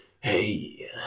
Hey